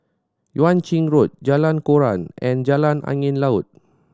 Yuan Ching Road Jalan Koran and Jalan Angin Laut